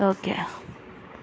okay